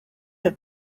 have